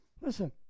Listen